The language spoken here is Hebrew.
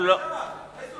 איזה